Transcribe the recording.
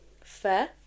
fair